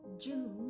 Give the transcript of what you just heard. June